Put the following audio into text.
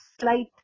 slight